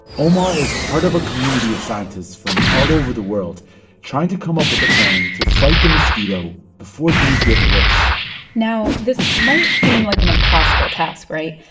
omar is part of a community of scientists from all over the world trying to come up with a plan to fight the mosquito before things get worse now, this might seem like an impossible task right?